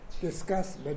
discuss